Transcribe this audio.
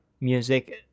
music